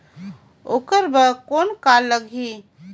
ओकर बर कौन का लगी?